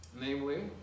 Namely